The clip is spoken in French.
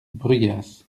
brugheas